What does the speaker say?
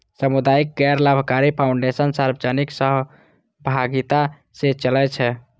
सामुदायिक गैर लाभकारी फाउंडेशन सार्वजनिक सहभागिता सं चलै छै